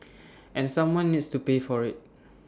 and someone needs to pay for IT